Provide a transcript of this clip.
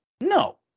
No